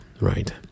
right